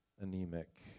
anemic